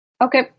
Okay